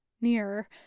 Nearer